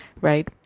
right